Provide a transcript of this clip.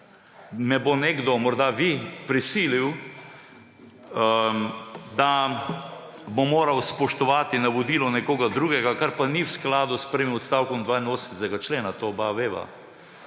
me bo nekdo, morda vi, prisilil, da bom moral spoštovati navodilo nekoga drugega, kar pa ni v skladu s prvim odstavkom 82. člena. To oba veva.